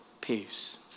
peace